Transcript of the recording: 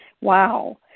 Wow